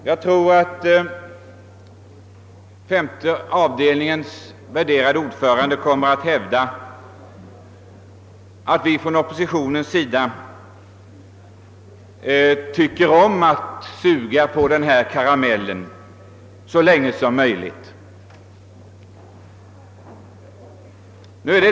Jag tror att femte avdelningens värderade «ordförande kommer att hävda att vi från oppositionens sida tycker om att suga på den här karamellen så länge som möjligt.